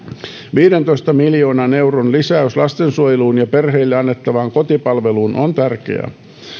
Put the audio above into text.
viidentoista miljoonan euron lisäys lastensuojeluun ja perheille annettavaan kotipalveluun on tärkeää